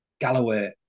Galloway